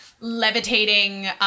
levitating